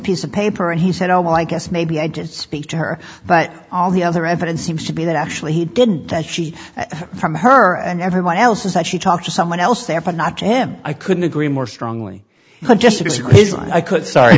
piece of paper and he said oh i guess maybe i did speak to her but all the other evidence seems to be that actually he didn't that she from her and everyone else is that she talked to someone else there but not to him i couldn't agree more strongly